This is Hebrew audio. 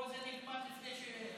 פה זה נגמר לפני שהצבעתי.